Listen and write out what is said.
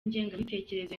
ingengabitekerezo